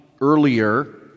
earlier